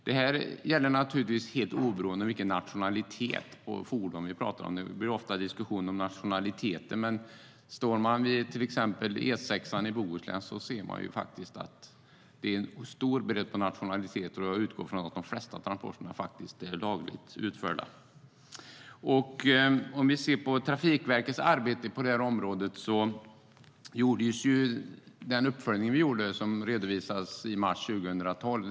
Det här gäller naturligtvis helt oberoende av vilken nationalitet fordonet har. Det blir ofta diskussion om nationaliteter, men vid E6:an i Bohuslän kan man se att det är en stor bredd på nationaliteter, och jag utgår faktiskt ifrån att de flesta transporter är lagligt utförda. Vi gjorde en uppföljning av Trafikverkets arbete. Den redovisades i mars 2012.